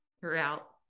throughout